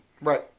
right